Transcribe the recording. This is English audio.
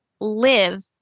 live